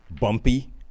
bumpy